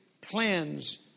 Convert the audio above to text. plans